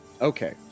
Okay